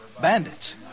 Bandits